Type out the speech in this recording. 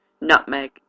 Nutmeg